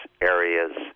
areas